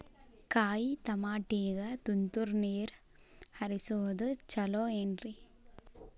ಕಾಯಿತಮಾಟಿಗ ತುಂತುರ್ ನೇರ್ ಹರಿಸೋದು ಛಲೋ ಏನ್ರಿ?